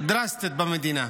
דרסטית במדינה.